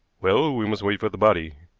well, we must wait for the body,